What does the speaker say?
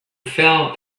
felt